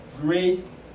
grace